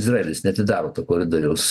izraeilis neatidaro to koridoriaus